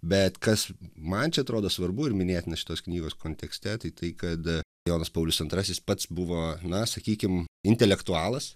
bet kas man čia atrodo svarbu ir minėtina šitos knygos kontekste tai tai kad jonas paulius antrasis pats buvo na sakykim intelektualas